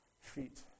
feet